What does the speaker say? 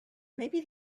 maybe